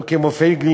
לא כמו פייגלין,